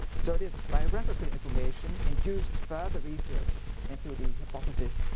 so this biographical information induced further research into the hypothesis